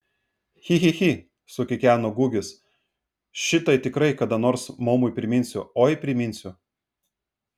chi chi chi sukikeno gugis šitai tikrai kada nors maumui priminsiu oi priminsiu